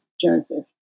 Joseph